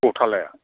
गथालाया